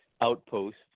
outpost